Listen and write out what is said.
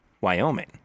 Wyoming